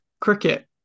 cricket